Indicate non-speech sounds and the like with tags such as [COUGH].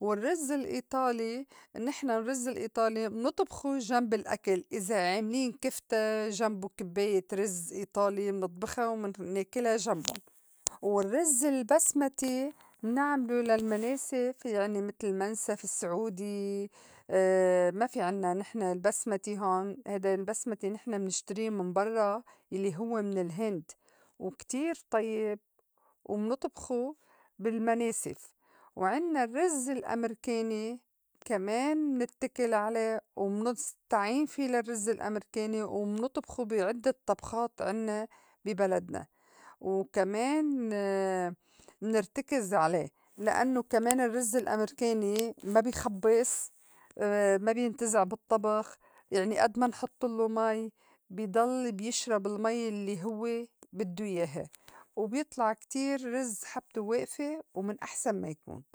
والرّز الإيطالي نحن الرّز الإيطالي منطبخه جنب الأكل إذا عاملين كِفتى جمبو كبّاية رِز إيطالي منطبخا ومناكلا جمبُن. [NOISE] والرّز البسمتي منعملو للمناسف [NOISE] يعني متل منسف سعودي، [HESITATION] ما في عِنّا نحن البسمتي هون هيدا البسمتي نحن منشتري من برّا يلّي هوّ من الهند وكتير طيّب ومنطبخه بالمناسِف. وعِنّا الرّز الأمريكاني كمان منتّكل عليه ومنستعين في للرّز الأمريكاني ومنطبخه بي عدّة طبخات عِنّا بي بلدنا، وكمان [HESITATION] منرتكز عليه لإنّو كمان [NOISE] الرّز الأمريكاني ما بي خبّص [HESITATION] ما بينتزع بالطّبخ يعني أد ما نحطلّو مي بي ضل بيشرب المي يلّي هوّ بدّو ياها وبيطلع كتير رز حبته وائفة ومن أحسن ما يكون.